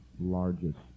largest